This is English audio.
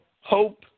hope